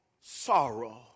sorrow